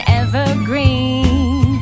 evergreen